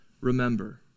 remember